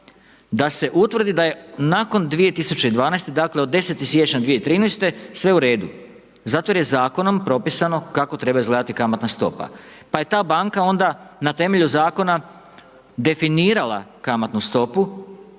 da se utvrdi da je nakon 2012. dakle od 10. siječnja 2013. sve u redu zato što je zakonom propisano kako treba izgledati kamatna stopa pa je ta banka onda na temelju zakona definirala kamatnu stopu,